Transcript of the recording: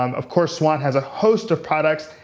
um of course, swann has a host of products.